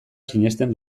sinesten